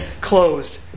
closed